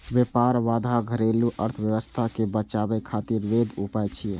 व्यापार बाधा घरेलू अर्थव्यवस्था कें बचाबै खातिर वैध उपाय छियै